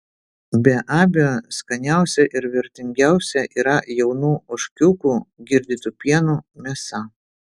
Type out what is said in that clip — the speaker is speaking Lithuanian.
be abejo skaniausia ir vertingiausia yra jaunų ožkiukų girdytų pienu mėsa